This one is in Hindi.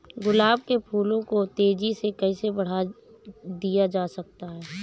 गुलाब के फूलों को तेजी से कैसे बड़ा किया जा सकता है?